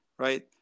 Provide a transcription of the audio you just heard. Right